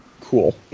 cool